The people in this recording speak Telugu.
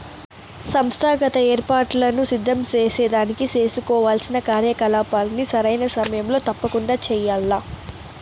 సంస్థాగత ఏర్పాట్లను సిద్ధం సేసేదానికి సేసుకోవాల్సిన కార్యకలాపాల్ని సరైన సమయంలో తప్పకండా చెయ్యాల్ల